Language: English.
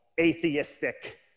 atheistic